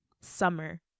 Summer